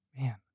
Man